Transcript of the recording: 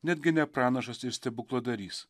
netgi ne pranašas ir stebukladarys